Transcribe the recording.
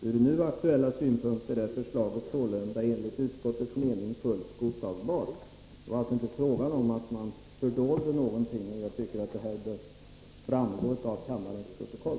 Ur nu aktuella synpunkter är förslaget sålunda enligt utskottets mening fullt godtagbart.” Det var alltså inte frågan om att man dolde någonting. Jag tycker att detta bör framgå av kammarens protokoll.